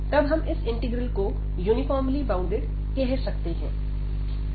तब हम इस इंटीग्रल को यूनिफॉर्मली बाउंडेड कह सकते हैं